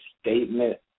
statement